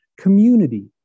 community